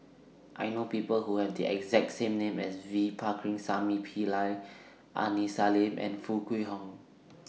I know People Who Have The exact same name as V Pakirisamy Pillai Aini Salim and Foo Kwee Horng